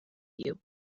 you